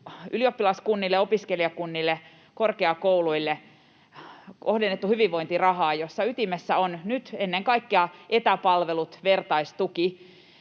ylioppilaskunnille, opiskelijakunnille, korkeakouluille kohdennettu hyvinvointirahaa, jossa ytimessä ovat nyt ennen kaikkea etäpalvelut, vertaistuki,